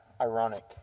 ironic